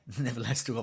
nevertheless